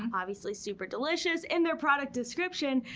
obviously super delicious, in their product description,